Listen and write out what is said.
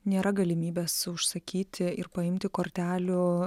nėra galimybės užsakyti ir paimti kortelių